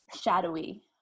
shadowy